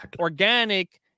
organic